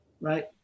right